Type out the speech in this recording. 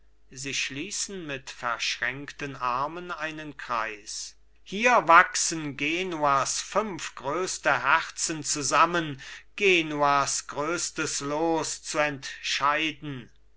sie schließen mit verschränkten armen einen kreis hier wachsen genuas fünf größte herzen zusammen genuas größtes los zu entscheiden